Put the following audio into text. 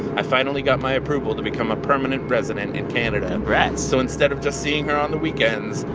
i finally got my approval to become a permanent resident in canada congrats so instead of just seeing her on the weekends,